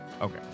Okay